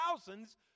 thousands